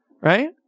right